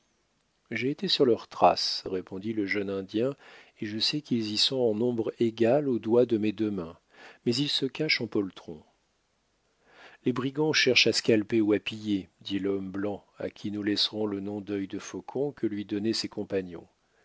j'ai été sur leurs traces répondit le jeune indien et je sais qu'ils y sont en nombre égal aux doigts de mes deux mains mais ils se cachent en poltrons les brigands cherchent à scalper ou à piller dit l'homme blanc à qui nous laisserons le nom dœil de faucon que lui donnaient ses compagnons